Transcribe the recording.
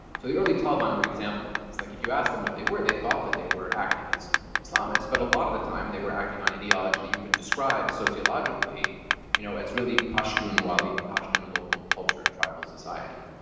so the early taliban were an example of this. like if you asked them what they were, they thought that they were acting as islamists. but a lot of the time, they were acting on ideology that you could describe sociologically you know as really pashtunwali, pashtun local culture and tribal society.